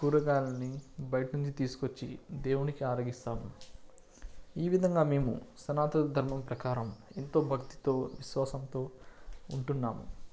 కూరగాయల్ని బయటనుంచి తీసుకొచ్చి దేవునికి ఆరగిస్తాము ఈ విధంగా మేము సనాతన ధర్మం ప్రకారం ఎంతో భక్తితో విశ్వాసంతో ఉంటున్నాము